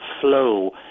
flow